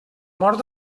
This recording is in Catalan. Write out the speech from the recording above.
mort